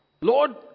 Lord